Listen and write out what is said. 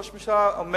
ראש הממשלה אומר,